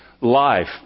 life